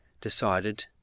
decided